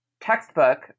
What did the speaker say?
textbook